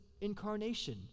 incarnation